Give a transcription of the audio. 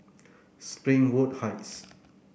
Springwood Heights